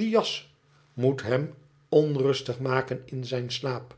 die jas moet hem onrustig maken in zijn slaap